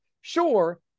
Sure